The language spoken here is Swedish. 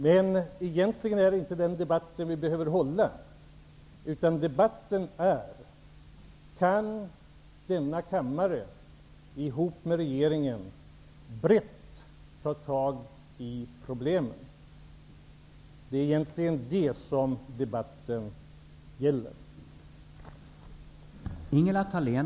Men egentligen är det inte den debatten som vi behöver föra, utan det är denna debatt: Kan denna kammare, ihop med regeringen, brett ta tag i problemen?